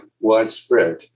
widespread